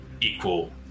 equal